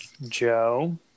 Joe